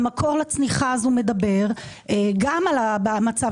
והמקור לצמיחה הזאת מדבר גם על המצב